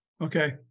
Okay